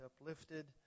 uplifted